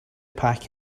pack